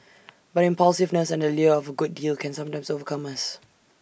but impulsiveness and the lure of A good deal can sometimes overcome us